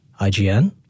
IGN